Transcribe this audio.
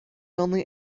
only